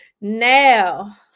Now